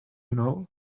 know